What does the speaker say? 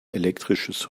elektrisches